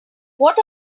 what